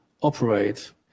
operate